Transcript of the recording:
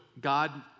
God